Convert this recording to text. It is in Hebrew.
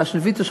הצעה של ויצו,